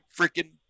Freaking